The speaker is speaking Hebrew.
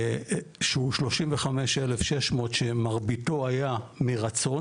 שהוא 35,600 שמרביתו היה מרצון